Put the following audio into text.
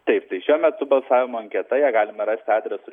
taip tai šiuo metu balsavimo anketa ją galima rasti adresu